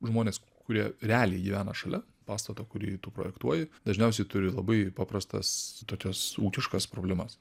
žmonės kurie realiai gyvena šalia pastato kurį tu projektuoji dažniausiai turi labai paprastas tokias ūkiškas problemas